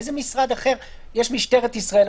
איזה משרד אחר יש משטרת ישראל,